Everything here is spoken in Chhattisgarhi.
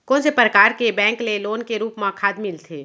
कोन से परकार के बैंक ले लोन के रूप मा खाद मिलथे?